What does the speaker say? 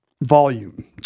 volume